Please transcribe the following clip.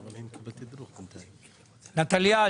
נטליה,